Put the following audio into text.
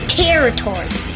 territory